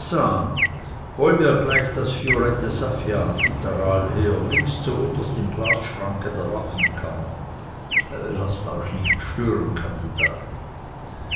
hol mir gleich das violette saffianfutteral her links zuunterst im glasschranke der waffenkammer laßt euch nicht stören kandidat